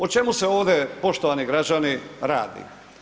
O čemu se ovdje, poštovani građani, radi?